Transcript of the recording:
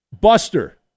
buster